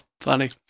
funny